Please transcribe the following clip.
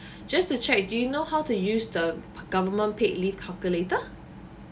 just to check do you know how to use the government paid leave calculator